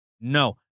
no